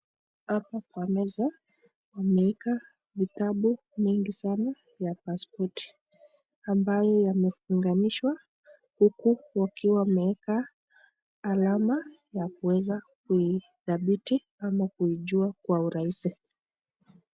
Hapa kwa meza wameeka vitabu mingi sana ya pasipoti ambayo yamefunganishwa huku wakiwa wameeka alama ya kuweza kuidhabiti ama kuijua kwa urahisi.